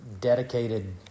dedicated